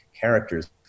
characters